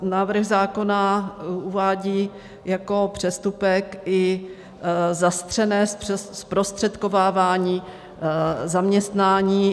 Návrh zákona uvádí jako přestupek i zastřené zprostředkovávání zaměstnání.